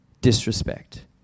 disrespect